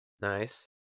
Nice